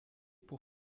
pour